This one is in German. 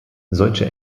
solche